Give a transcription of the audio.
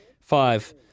five